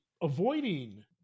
avoiding